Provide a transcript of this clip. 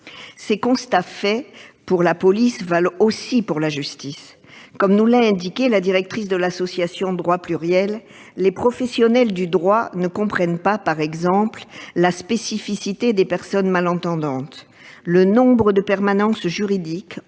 Ces constats faits pour la police valent aussi pour la justice. Comme nous l'a indiqué la directrice de l'association Droit pluriel, les professionnels du droit ne comprennent pas, par exemple, la spécificité des personnes malentendantes. Le nombre de permanences juridiques